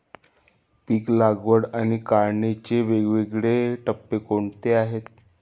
पीक लागवड आणि काढणीचे वेगवेगळे टप्पे कोणते आहेत?